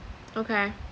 okay